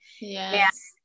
Yes